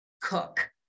cook